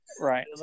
Right